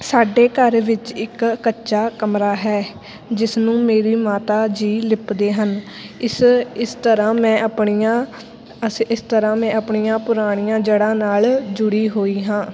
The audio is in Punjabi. ਸਾਡੇ ਘਰ ਵਿੱਚ ਇੱਕ ਕੱਚਾ ਕਮਰਾ ਹੈ ਜਿਸ ਨੂੰ ਮੇਰੀ ਮਾਤਾ ਜੀ ਲਿਪਦੇ ਹਨ ਇਸ ਇਸ ਤਰ੍ਹਾਂ ਮੈਂ ਆਪਣੀਆਂ ਅਸੀਂ ਇਸ ਤਰ੍ਹਾਂ ਮੈਂ ਆਪਣੀਆਂ ਪੁਰਾਣੀਆਂ ਜੜ੍ਹਾਂ ਨਾਲ ਜੁੜੀ ਹੋਈ ਹਾਂ